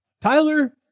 Tyler